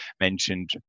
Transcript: mentioned